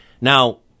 Now